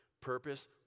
purpose